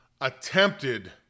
attempted